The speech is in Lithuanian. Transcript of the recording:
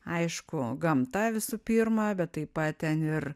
aišku gamta visų pirma bet taip pat ten ir